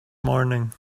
morning